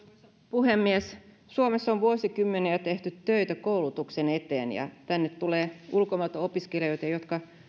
puhemies suomessa on vuosikymmeniä tehty töitä koulutuksen eteen ja tänne tulee ulkomailta opiskelijoita jotka